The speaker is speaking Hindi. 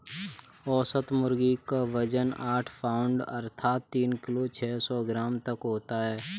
औसत मुर्गी क वजन आठ पाउण्ड अर्थात तीन किलो छः सौ ग्राम तक होता है